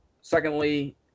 secondly